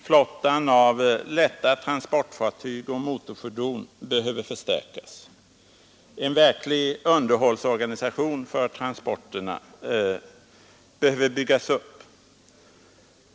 Flottan av lätta transportfartyg och motorfordon behöver förstärkas. En verklig underhållsorganisation för transporterna behöver byggas upp.